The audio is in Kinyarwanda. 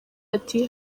ati